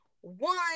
One